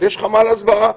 אבל יש חמ"ל הסברה.